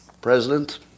president